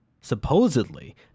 Supposedly